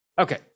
Okay